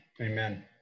Amen